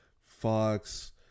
Fox